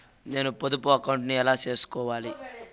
నేను పొదుపు అకౌంటు ను ఎలా సేసుకోవాలి?